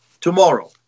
tomorrow